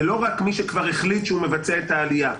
זה לא רק מי שכבר החליט שהוא מבצע את העלייה.